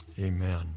Amen